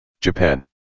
Japan